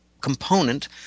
component